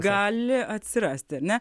gali atsirast ar ne